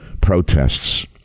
protests